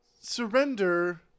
surrender